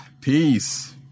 peace